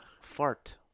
Fart